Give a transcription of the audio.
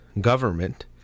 government